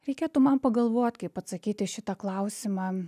reikėtų man pagalvot kaip atsakyt į šitą klausimą